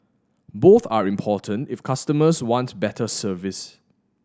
both are important if customers want better service